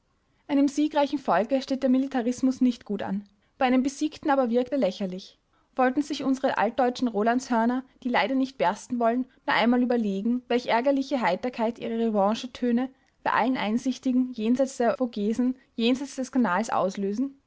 einem siegreichen volke steht der militarismus nicht gut an bei einem besiegten aber wirkt er lächerlich wollten sich unsere alldeutschen rolandshörner die leider nicht bersten wollen nur einmal überlegen welch ärgerliche heiterkeit ihre revanchetöne bei allen einsichtigen jenseits der vogesen jenseits des kanals auslösen